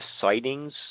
sightings